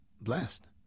blessed